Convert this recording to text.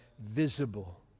visible